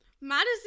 madison